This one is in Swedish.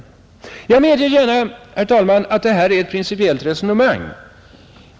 Jag medger gärna, herr talman, att detta är ett principiellt resonemang.